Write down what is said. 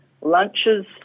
lunches